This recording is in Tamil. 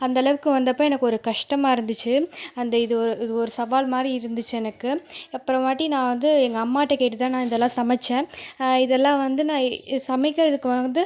அந்த அளவுக்கு வந்தப்போ எனக்கு ஒரு கஷ்டமாக இருந்துச்சு அந்த இது ஒரு இது ஒரு சவால் மாதிரி இருந்துச்சு எனக்கு அப்புறம் ஒரு வாட்டி நான் வந்து எங்கள் அம்மாகிட்ட கேட்டுத்தான் நான் இதல்லாம் சமைச்சேன் இதல்லாம் வந்து நான் சமைக்கிறதுக்கு வந்து